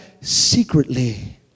secretly